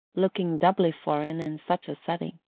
looking doubly foreign in such a setting.